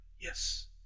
Yes